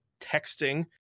texting